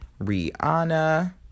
Rihanna